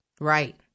Right